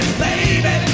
baby